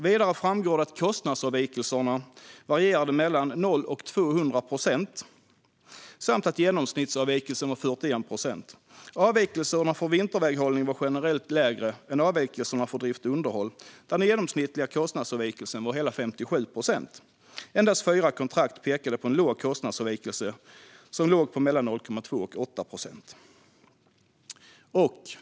Vidare framgår att kostnadsavvikelserna varierade mellan 0 och 200 procent samt att genomsnittsavvikelsen var 41 procent. Avvikelserna för vinterväghållning var generellt lägre än avvikelserna för drift och underhåll, där den genomsnittliga kostnadsavvikelsen var hela 57 procent. Endast fyra kontrakt pekade på en låg kostnadsavvikelse. Den låg på mellan 0,2 och 8 procent.